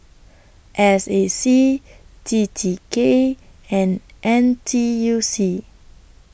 S A C T T K and N T U C